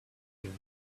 even